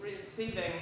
receiving